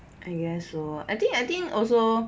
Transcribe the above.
I guess so I think I think also